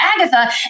Agatha